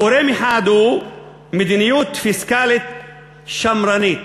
גורם אחד הוא מדיניות פיסקלית שמרנית,